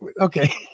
Okay